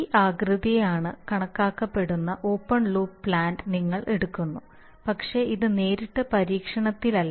ഈ ആകൃതിയാണെന്ന് കരുതപ്പെടുന്ന ഓപ്പൺ ലൂപ്പ് പ്ലാന്റ് നിങ്ങൾ എടുക്കുന്നു പക്ഷേ ഇത് നേരിട്ട് പരീക്ഷണത്തിലല്ല